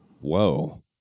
Whoa